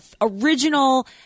original